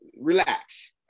Relax